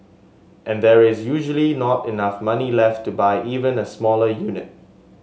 and there is usually not enough money left to buy even a smaller unit